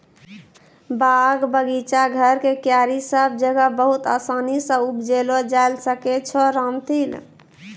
बाग, बगीचा, घर के क्यारी सब जगह बहुत आसानी सॅ उपजैलो जाय ल सकै छो रामतिल